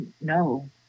no